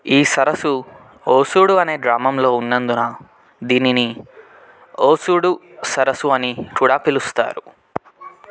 ఈ సరస్సు ఓసుడు అనే గ్రామంలో ఉన్నందున దీనిని ఓసుడు సరస్సు అని కూడా పిలుస్తారు